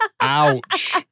Ouch